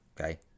okay